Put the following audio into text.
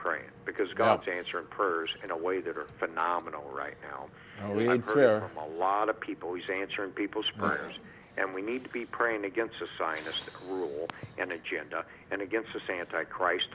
praying because god's answer purrs in a way that are phenomenal right now a lot of people is answering people's prayers and we need to be praying against asinus the cruel and agenda and against us anti christ